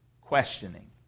questioning